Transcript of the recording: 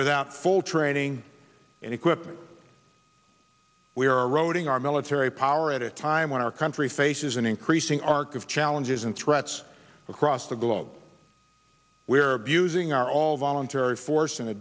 without full training and equipment we are roading our military power at a time when our country faces an increasing arc of challenges and threats across the globe we are abusing our all voluntary force in a